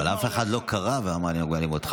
לא, אבל אף אחד לא קרא ואמר לנהוג באלימות.